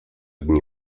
dni